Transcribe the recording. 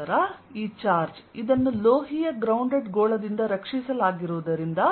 ನಂತರ ಈ ಚಾರ್ಜ್ ಇದನ್ನು ಲೋಹೀಯ ಗ್ರೌಂಡೆಡ್ ಗೋಳದಿಂದ ರಕ್ಷಿಸಲಾಗಿರುವುದರಿಂದ